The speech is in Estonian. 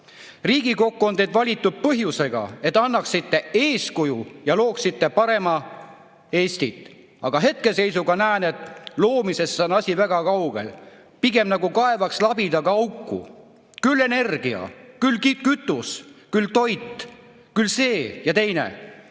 Riigikokku on teid valitud põhjusega, et annaksite eeskuju ja looksite paremat Eestit, aga hetkeseisuga näen, et loomisest on asi väga kaugel. Pigem nagu kaevaks labidaga auku. Küll energia, küll kütus, küll toit, küll see ja teine.